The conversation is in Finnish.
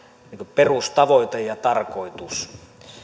perustavoite ja tarkoitus